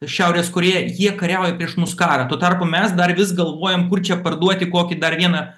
šiaurės korėja jie kariauja prieš mus karą tuo tarpu mes dar vis galvojam kur čia parduoti kokį dar vieną